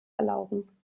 erlauben